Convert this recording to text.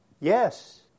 Yes